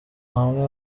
hamwe